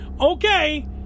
okay